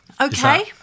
okay